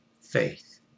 faith